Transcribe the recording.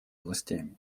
властями